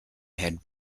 had